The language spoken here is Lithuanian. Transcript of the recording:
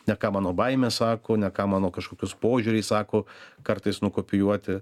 ne ką mano baimės sako ne ką mano kažkokius požiūriai sako kartais nukopijuoti